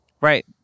Right